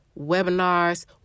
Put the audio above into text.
webinars